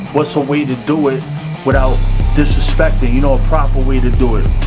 what's a way to do it without disrespecting, you know, a proper way to do it